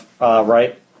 right